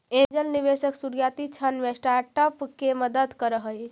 angel निवेशक शुरुआती क्षण में स्टार्टअप के मदद करऽ हइ